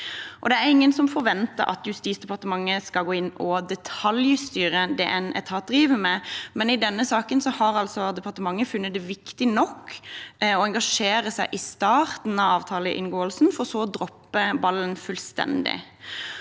Det er ingen som forventer at Justisdepartementet skal gå inn og detaljstyre det en etat driver med, men i denne saken har altså departementet funnet det viktig nok å engasjere seg i starten av avtaleinngåelsen, for så å droppe ballen fullstendig.